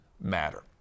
matter